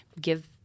give